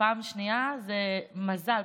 פעם שנייה זה מזל,